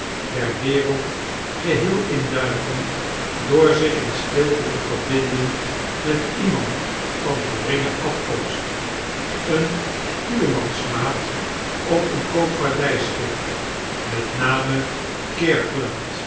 der wereld geheel in duigen door zich in stilte te verbinden met iemand van geringe afkomsteen stuurmansmaat op een koopvaardgschip met name